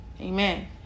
Amen